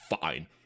fine